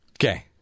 Okay